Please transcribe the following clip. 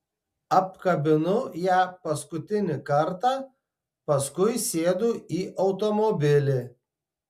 apkabinu ją paskutinį kartą paskui sėdu į automobilį